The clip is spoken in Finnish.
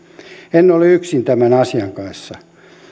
en ole yksin tämän asian kanssa